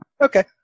Okay